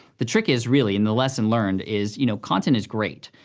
the trick is, really, and the lesson learned is, you know content is great,